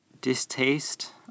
distaste